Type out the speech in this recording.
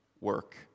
work